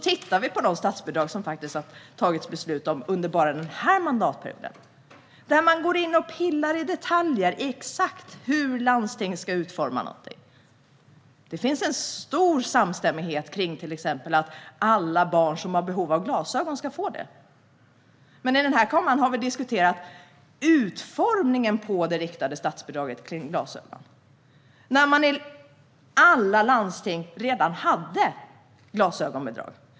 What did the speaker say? Tittar vi på de statsbidrag som man har tagit beslut om under bara den här mandatperioden kan vi se att man går in och pillar i detaljer om exakt hur landstingen ska utforma något. Det finns stor samstämmighet när det gäller till exempel att alla barn som har behov av glasögon ska få det. Men här i kammaren har vi diskuterat utformningen av det riktade statsbidraget som gäller glasögon, trots att man i alla landsting redan hade glasögonbidrag.